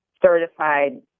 certified